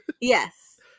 yes